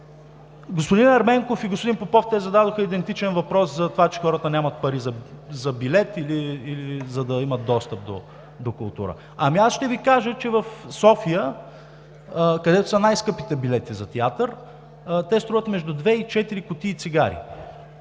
Господин Ерменков и господин Попов зададоха идентичен въпрос за това, че хората нямат пари за билет, или за да имат достъп до култура. Аз ще Ви кажа, че в София, където са най-скъпите билети за театър, те струват между две и четири кутии цигари.